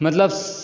मतलब